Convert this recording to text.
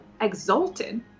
exalted